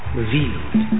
revealed